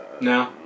no